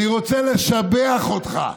אני רוצה לשבח אותך,